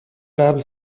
قبل